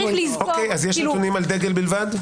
יש נתונים על דגל בלבד?